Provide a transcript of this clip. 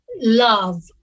love